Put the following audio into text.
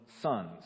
sons